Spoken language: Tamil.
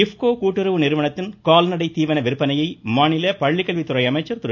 ்ப்கோ கூட்டுறவு நிறுவனத்தின் கால்நடை தீவன விற்பனையை மாநில பள்ளிக்கல்வித்துறை அமைச்சர் திரு